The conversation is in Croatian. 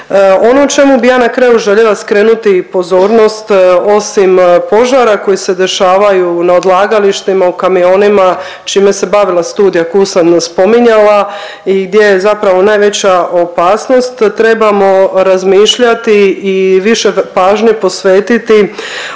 Ono o čemu bih ja na kraju željela skrenuti pozornost osim požara koji se dešavaju na odlagalištima u kamionima čime se bavila studija koju sam spominjala i gdje je zapravo najveća opasnost trebamo razmišljati i više pažnje posvetiti